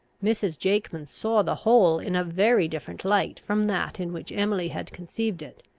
mrs. jakeman saw the whole in a very different light from that in which emily had conceived it,